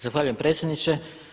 Zahvaljujem predsjedniče.